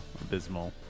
abysmal